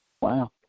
Wow